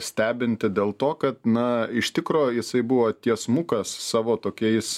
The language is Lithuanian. stebinti dėl to kad na iš tikro jisai buvo tiesmukas su savo tokiais